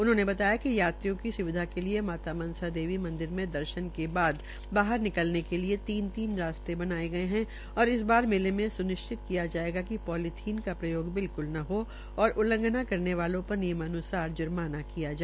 उन्होंने बताया कि यात्रियों की सुविधा के लिये माता मनसा देवी मंदिर में दर्शन के बाद बाहर निकलने के लिये तीन तीन रास्ते बनाये गये है और इस बार मेले में स्निश्चित किया जायेगा कि पौलीथीन का प्रयोग बिल्कुल न हो और उलखंघना करने वालों पर नियमान्सार ज्माना किया गया